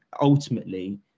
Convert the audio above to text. Ultimately